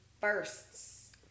firsts